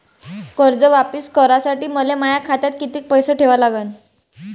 कर्ज वापिस करासाठी मले माया खात्यात कितीक पैसे ठेवा लागन?